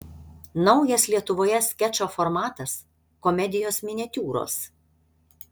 naujas lietuvoje skečo formatas komedijos miniatiūros